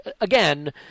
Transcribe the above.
Again